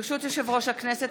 ברשות יושב-ראש הכנסת,